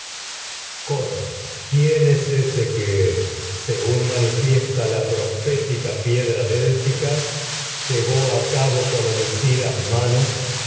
adivinatorio es ese que coro tica quién según manifiesta la profécon piedra délfica e llevó a cabo homicidas